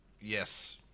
Yes